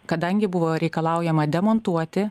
kadangi buvo reikalaujama demontuoti